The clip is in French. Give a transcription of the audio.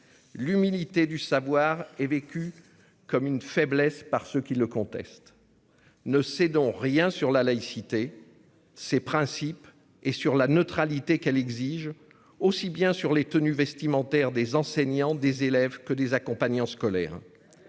L'humilité du savoir est vécue comme une faiblesse par ceux qui le contestent. Ne cédons rien sur la laïcité. Ces principes et sur la neutralité qu'elle exige aussi bien sur les tenues vestimentaires des enseignants, des élèves que des accompagnants scolaires.